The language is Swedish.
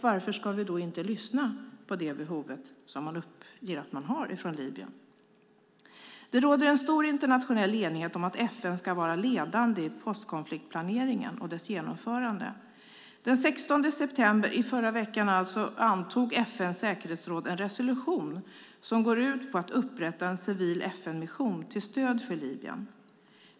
Varför ska vi inte lyssna på det behov man från Libyen uppger att man har? Det råder en stor internationell enighet om att FN ska vara ledande i postkonfliktplaneringen och dess genomförande. Den 16 september, alltså i förra veckan, antog FN:s säkerhetsråd en resolution som går ut på att upprätta en civil FN-mission till stöd för Libyen.